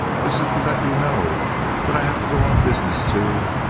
this is to let you know that i have to go on business to